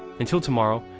until tomorrow,